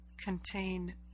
contain